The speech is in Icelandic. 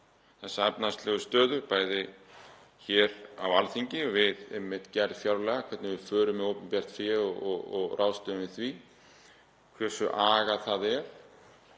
þessa efnahagslegu stöðu, bæði hér á Alþingi við einmitt gerð fjárlaga, hvernig við förum með opinbert fé og ráðstöfum því, hversu agað það er.